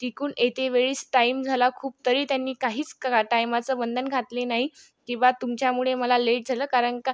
तिकून येते वेळीस टाईम झाला खूप तरी त्यांनी काहीच टायमाचं बंधन घातले नाही की बा तुमच्यामुडे मला लेट झाला कारण का